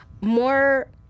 more